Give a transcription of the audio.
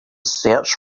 search